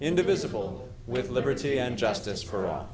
indivisible with liberty and justice for